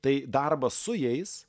tai darbas su jais